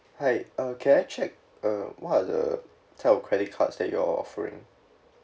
hi uh can I check uh what are the type of credit cards that you're offering